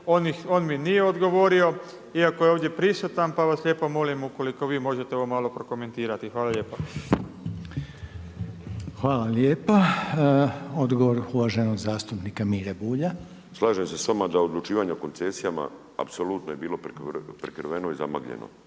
on mi nije odgovorio iako je ovdje prisutan, pa vas lijepo molim ukoliko vi možete ovo malo prokomentirati. Hvala lijepa. **Reiner, Željko (HDZ)** Hvala lijepa. Odgovor uvaženog zastupnika Mire Bulja. **Bulj, Miro (MOST)** Slažem se sa vama da odlučivanje o koncesijama apsolutno je bilo prikriveno i zamagljeno